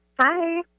Hi